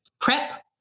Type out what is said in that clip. Prep